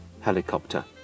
helicopter